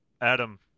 Adam